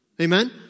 Amen